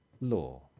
law